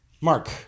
Mark